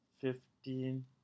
fifteen